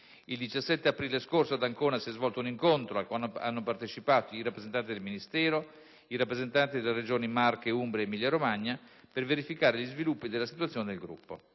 Il 17 aprile scorso ad Ancona si è svolto un incontro, al quale hanno partecipato i rappresentati del Ministero e i rappresentanti della Regione Marche, Umbria ed Emilia-Romagna, per verificare gli sviluppi della situazione del gruppo.